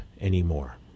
anymore